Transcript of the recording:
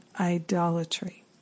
idolatry